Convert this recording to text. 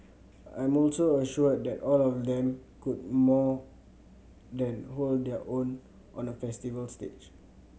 I'm also assured that all of them could more than hold their own on a festival stage